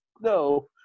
no